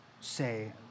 say